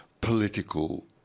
political